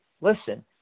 listen